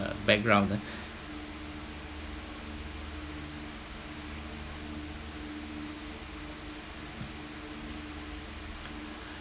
background ah